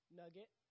nugget